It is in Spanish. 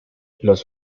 los